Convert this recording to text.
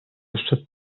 jeszcze